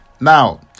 Now